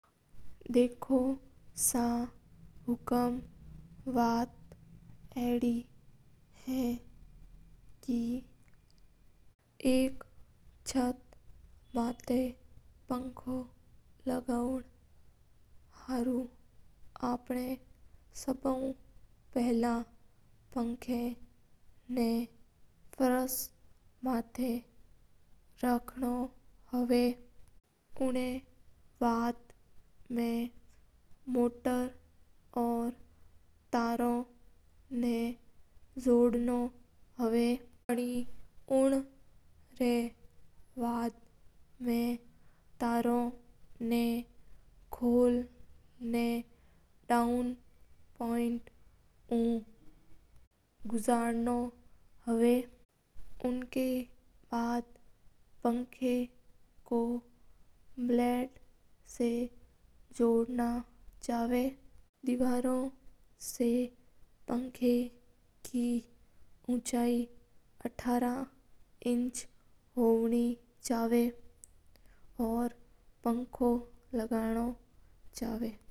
देखो सा हुकम अपना एक छत माथ पंखो लावण वास्ता पंखा ना पलुसे माता राखणो पड़या है। और बिन माता मोटर जोड़णे पड़या बाद में उणबाद तड़ियो लगवणो पड़या हवा। बाद में अणां तार जोड़णो पड़या हवा बाद में अणां तार ना लाईटु जोड़णो पड़या है।